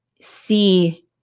see